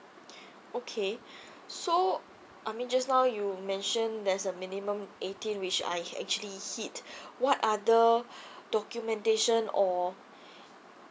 okay so I mean just now you mention there's a minimum eighteen which I actually hit what other documentation or